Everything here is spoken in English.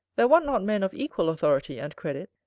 there want not men of equal authority and credit,